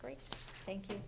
great thank you